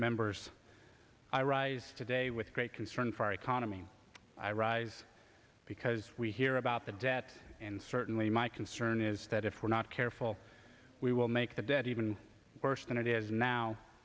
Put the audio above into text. members i rise today with great concern for our economy i rise because we hear about the debt and certainly my concern is that if we're not careful we will make the debt even worse than it is now